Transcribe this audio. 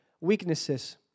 weaknesses